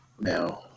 Now